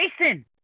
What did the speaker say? Jason